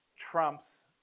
trumps